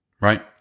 right